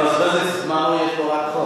אתה מבזבז את זמנו,